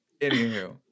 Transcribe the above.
Anywho